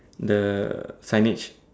the signage